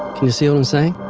can you see what i'm saying?